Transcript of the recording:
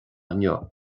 inniu